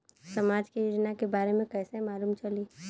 समाज के योजना के बारे में कैसे मालूम चली?